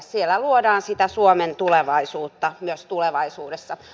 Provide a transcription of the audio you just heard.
siellä luodaan sitä suomen tulevaisuutta myös tulevaisuudessa